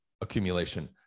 accumulation